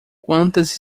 quantas